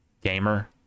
gamer